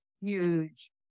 huge